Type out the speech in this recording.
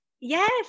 yes